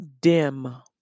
dim